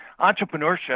entrepreneurship